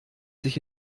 sich